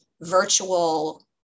virtual